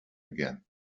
again